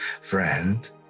Friend